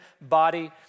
body